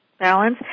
balance